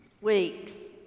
weeks